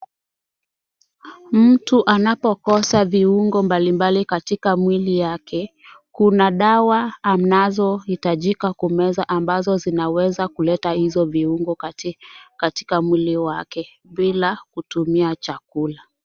Mtu anapokosa viungo mbalimbali katika mwili wake, kuna dawa anazohitajika kumeza ambazo zinaweza kuleta izo viungo katika mwili wake bila kutumia chakula.